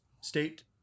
state